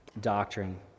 doctrine